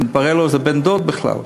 מתברר לו שזה בן-דוד בכלל.